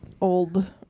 Old